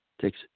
takes